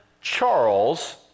Charles